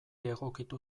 egokitu